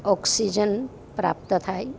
oxygen પ્રાપ્ત થાય